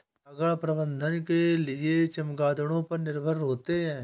परागण प्रबंधन के लिए चमगादड़ों पर निर्भर होते है